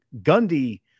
Gundy